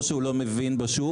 או שהוא לא מבין בשוק,